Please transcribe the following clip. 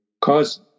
cause